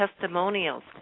testimonials